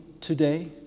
today